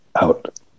out